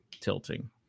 tilting